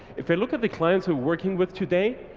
if they look at the clients who are working with today,